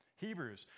Hebrews